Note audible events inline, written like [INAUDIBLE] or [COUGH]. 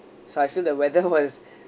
so I feel the weather [LAUGHS] was